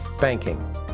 Banking